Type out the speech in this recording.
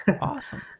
Awesome